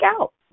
out